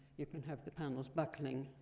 you can have the panels buckling,